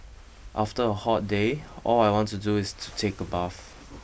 after a hot day all I want to do is to take a bath